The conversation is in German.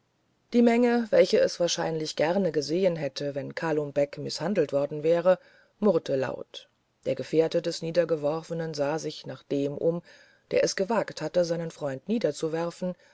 die menge welche es wahrscheinlich gerne gesehen hätte wenn kalum beck mißhandelt worden wäre murrte laut der gefährte des niedergeworfenen sah sich nach dem um der es gewagt hatte seinen freund niederzuwerfen